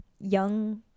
young